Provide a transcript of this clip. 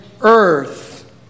earth